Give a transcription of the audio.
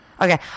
Okay